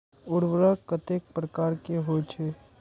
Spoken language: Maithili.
उर्वरक कतेक प्रकार के होई छै?